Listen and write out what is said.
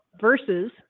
versus